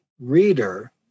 reader